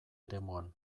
eremuan